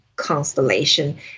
constellation